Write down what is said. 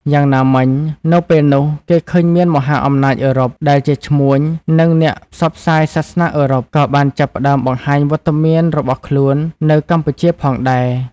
យ៉ាងណាមិញនៅពេលនោះគេឃើញមានមហាអំណាចអឺរ៉ុប ដែលជាឈ្មួញនិងអ្នកផ្សព្វផ្សាយសាសនាអឺរ៉ុប ក៏បានចាប់ផ្តើមបង្ហាញវត្តមានរបស់ខ្លួននៅកម្ពុជាផងដែរ។